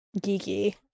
geeky